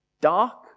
dark